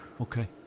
Okay